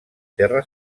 terra